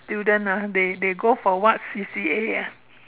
student ah they they they go for what C_C_A ah